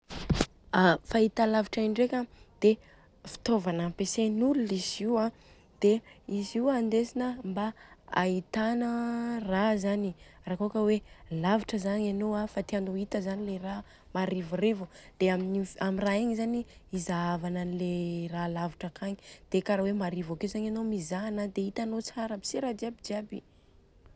A fahitalavitra io ndreka a dia fitaovana ampiasain'olana izy io an. Dia izy io andesina mba ahitana raha zany, raha kôa ka hoe lavitra zany anô fa tianô ho hita zany le raha marivorivo, dia aminy am raha igny zany i izahava anle raha lavitra akagny dia kara hoe marivo akeo zany anô mizaha ananjy dia itanô tsara aby si raha jiabijiaby.